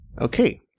Okay